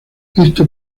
esto